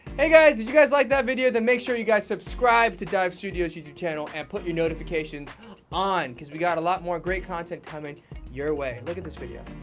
hey guys, if you guys liked that video then make sure you guys subscribe to dive studios youtube channel and put your notifications on cause we got a lot more great content coming your way. look at this video.